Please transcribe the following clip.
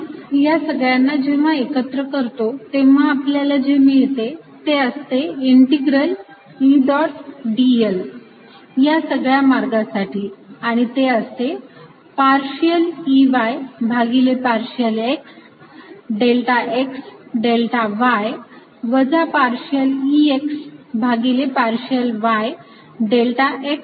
आपण ह्या सगळ्यांना जेव्हा एकत्र करतो तेव्हा आपल्याला जे मिळते ते असते इंटिग्रल E डॉट dl या सगळ्या मार्गासाठी आणि ते असते पार्शियल Ey भागिले partial X delta X delta Y वजा पार्शियल Ex भागिले partial y delta X delta Y